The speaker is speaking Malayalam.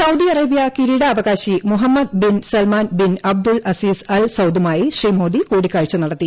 സൌദി അറേബ്യ കിരീടാവകാശി Mohammed bin Salman bin Abdul Aziz Al സൌദുമായുംശ്രീ മോദി കൂടിക്കാഴ്ച നടത്തി